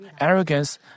arrogance